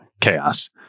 chaos